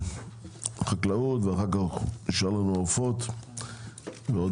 חקלאות ואחר כך נשאר לנו עופות ועוד